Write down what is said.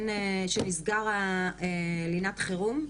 שנסגרה שם לינת החירום.